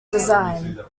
design